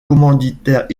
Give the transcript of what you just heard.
commanditaire